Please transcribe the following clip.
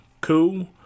cool